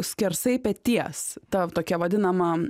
skersai peties ta tokia vadinama